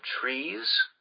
trees